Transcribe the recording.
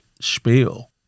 spiel